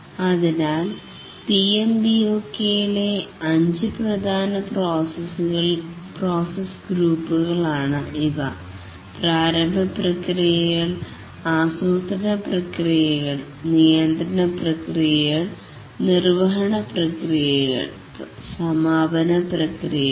അതിനാൽ PMBOK ലെ 5 പ്രധാന പ്രോസസ് ഗ്രൂപ്പുകളാണ് ഇവ പ്രാരംഭ പ്രക്രിയകൾ ആസൂത്രണ പ്രക്രിയകൾ നിയന്ത്രണ പ്രക്രിയകൾ നിർവഹണ പ്രക്രിയകൾ സമാപന പ്രക്രിയകൾ